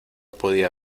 podía